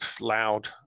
loud